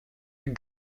jak